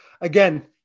again